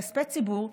בכספי ציבור,